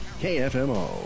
KFMO